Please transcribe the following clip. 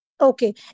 Okay